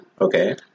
Okay